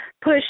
push